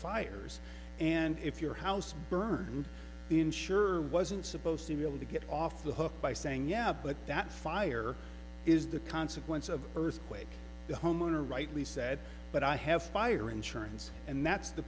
fires and if your house burned insured wasn't supposed to be able to get off the hook by saying yeah but that fire is the consequence of earthquakes the homeowner rightly said but i have fire insurance and that's the